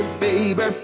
baby